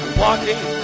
walking